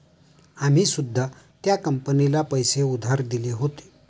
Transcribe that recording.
आम्ही सुद्धा त्या कंपनीला पैसे उधार दिले होते